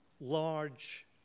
large